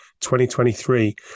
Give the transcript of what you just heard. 2023